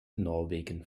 norwegen